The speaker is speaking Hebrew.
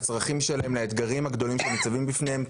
לצרכים שלהם ולאתגרים הגדולים שניצבים בפניהם.